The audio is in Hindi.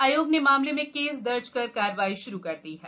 आयोग ने मामले को केस दर्ज कर कार्रवाई श्रू कर दी है